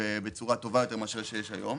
ובצורה טובה יותר ממה שיש היום,